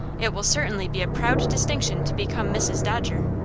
it will certainly be a proud distinction to become mrs. dodger.